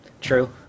true